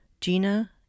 Gina